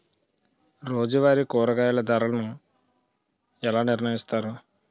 రోజువారి కూరగాయల ధరలను ఎలా నిర్ణయిస్తారు?